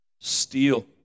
steal